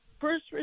first